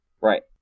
Right